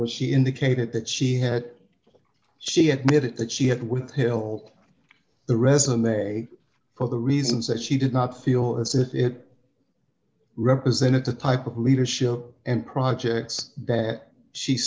where she indicated that she had she admitted that she had with hill the resume for the reasons that she did not feel as if it represented the type of leadership and projects that she